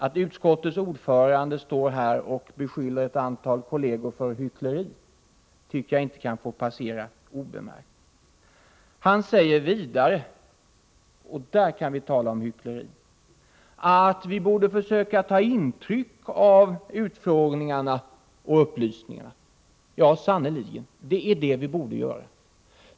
Att utskottets ordförande står här och beskyller ett antal kolleger för hyckleri kan inte få passera obemärkt. Olle Svensson sade vidare — och här kan vi tala om hyckleri — att vi borde försöka ta intryck av utfrågningarna och upplysningarna. Ja, det är sannerligen vad vi borde göra.